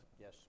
yes